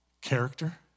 character